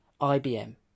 ibm